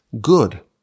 good